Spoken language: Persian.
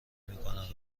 میکنند